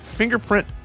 Fingerprint